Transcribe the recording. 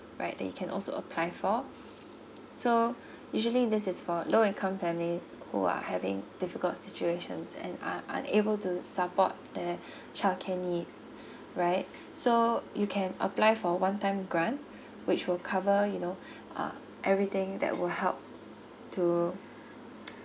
right that you can also apply for so usually this is for low income families whole are having difficult situations and are unable to support their childcare needs right so you can apply for one time grant which will cover you know uh everything that will help to